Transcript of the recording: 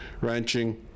ranching